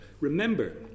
Remember